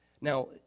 Now